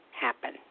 happen